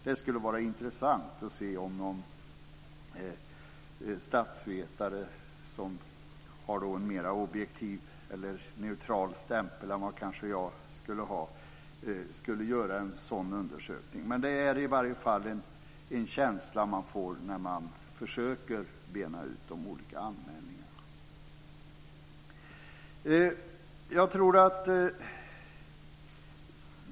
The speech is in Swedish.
Det skulle vara intressant att se om någon statsvetare, som har en mera objektiv eller neutral stämpel än vad jag kanske skulle ha, skulle göra en sådan undersökning. Men det är i varje fall en känsla man får när man försöker bena ut de olika anmälningarna.